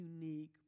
unique